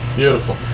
Beautiful